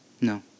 No